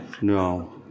No